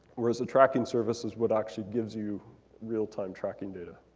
whereas the tracking service is what actually gives you real time tracking data.